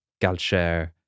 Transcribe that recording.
Galcher